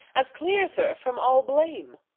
as clears her from all blame.